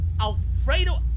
Alfredo